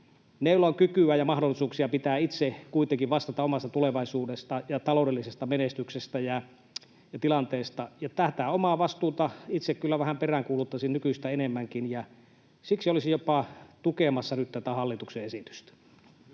meillä on kykyä ja mahdollisuuksia itse kuitenkin vastata omasta tulevaisuudestamme ja taloudellisesta menestyksestämme ja tilanteestamme. Tätä omaa vastuuta itse kyllä vähän peräänkuuluttaisin nykyistä enemmänkin ja siksi olisin jopa tukemassa nyt tätä hallituksen esitystä.